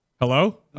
Hello